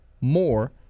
more